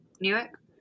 Newark